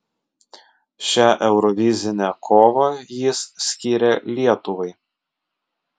šią eurovizinę kovą jis skyrė lietuvai